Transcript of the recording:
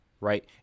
right